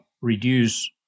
reduce